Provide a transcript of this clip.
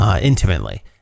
intimately